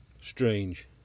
strange